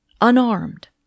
unarmed